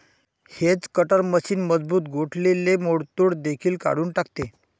hedge cutter machine मजबूत गोठलेले मोडतोड देखील काढून टाकते